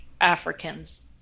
africans